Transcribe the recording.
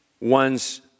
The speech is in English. one's